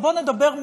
ובוא נדבר,